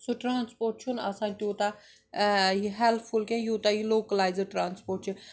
سُہ ٹرٛانٕسپورٹ چھُنہٕ آسان تیٛوٗتاہ یہِ ہیلپ فُل کیٚنٛہہ یوٗتاہ یہِ لوکلایزٕڈ ٹرٛانٕسپورٹ چھُ